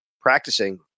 practicing